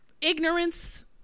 ignorance